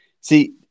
See